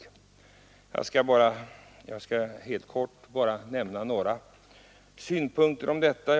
Jag skall bara helt kort anföra några synpunkter om detta.